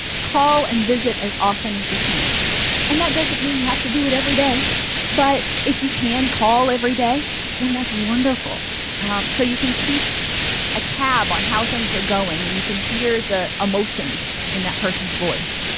call and visit as often as you can and that doesn't mean you have to do it every day but if you can call every day then that's wonderful so you can keep a tab on how things are going and you can hear the emotions in that person's voice